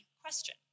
question